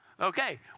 Okay